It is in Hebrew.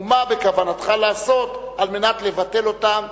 ומה בכוונתך לעשות על מנת לבטל אותן,